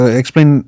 explain